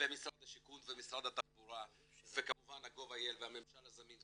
ומשרד השיכון ומשרד התחבורה וכמובן GOV.IL והממשל הזמין,